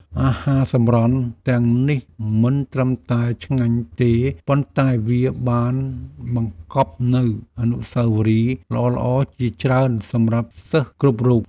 អាហារសម្រន់ទាំងនេះមិនត្រឹមតែឆ្ងាញ់ទេប៉ុន្តែវាបានបង្កប់នូវអនុស្សាវរីយ៍ល្អៗជាច្រើនសម្រាប់សិស្សគ្រប់រូប។